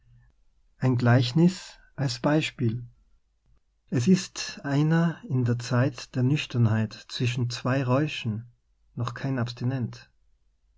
ein gleichnis als beispiel es ist einer in der zeit der nüchternheit zwischen zwei räuschen noch kein abstinent